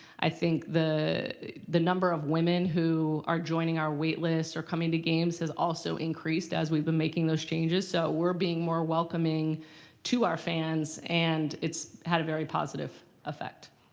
i think the the number of women who are joining our wait list or coming to games has also increased as we've been making those changes. so we're being more welcoming to our fans and it's had a very positive effect.